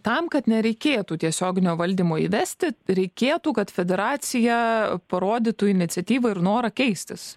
tam kad nereikėtų tiesioginio valdymo įvesti reikėtų kad federacija parodytų iniciatyvą ir norą keistis